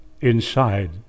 Inside